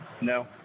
No